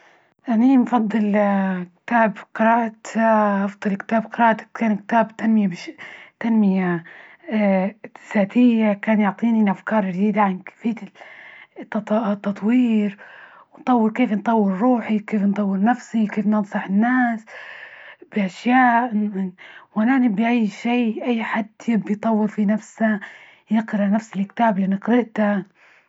أني نفضل تعب في قراءة، أفضل كتاب قرائته، كان كتاب تنمية تنمية ذاتية، كان يعطيني الأفكار الجديدة عن كيفية التطوير ونطور. كيف نطور روحي؟ كيف نطور نفسي؟ كيف ننصح الناس بأشياء إن وأنا نبي أي شي؟ أي حد يبي يطور في نفسه يقرأ نفس الكتاب لأنى قريته.